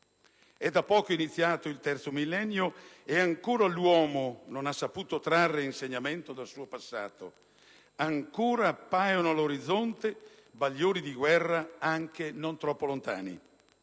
È da poco iniziato il terzo millennio e ancora l'uomo non ha saputo trarre insegnamento dal suo passato; ancora appaiono all'orizzonte bagliori di guerra anche non troppo lontani.